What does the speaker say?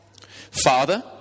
Father